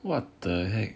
what the heck